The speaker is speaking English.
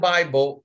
Bible